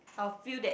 I'll feel that